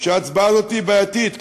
שההצבעה הזאת בעייתית.